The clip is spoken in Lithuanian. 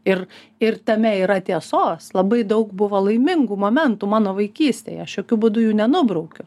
ir ir tame yra tiesos labai daug buvo laimingų momentų mano vaikystėje aš jokiu būdu jų nenubraukiu